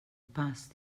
past